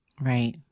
Right